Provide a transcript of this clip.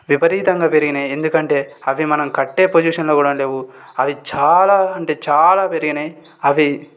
విపరీతంగా పెరిగినాయి ఎందుకంటే అవి మనం కట్టే పొజిషన్లో కూడా లేవు అవి చాలా అంటే చాలా పెరిగినాయి అవి